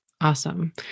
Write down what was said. Awesome